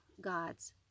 God's